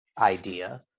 idea